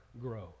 grow